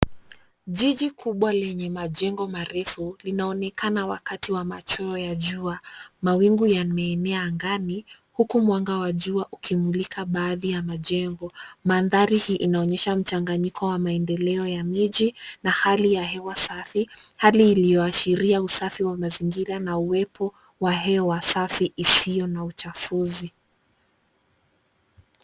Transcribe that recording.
Jiji kubwa lenye majengo marefu, linaonekana wakati wa machweo ya jua, mawingu yameenea angani, huku mwanga wa jua ukimulika baadhi ya majengo. Mandhari hii inaonyesha mchanganyiko wa maendeleo ya miji na hali ya hewa safi ,hali iliyoashiria usafi wa mazingira na uwepo wa hewa safi isiyo na uchafuzi.